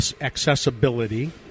accessibility